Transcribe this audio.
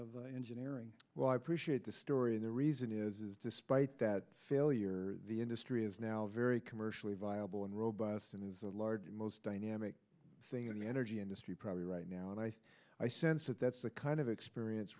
of engineering well i appreciate the story and the reason is despite that failure the industry is now very commercially viable and robust and is the largest most dynamic thing in the energy industry probably right now and i i sense that that's the kind of experience